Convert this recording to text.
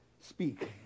speak